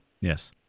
Yes